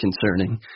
concerning